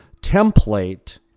template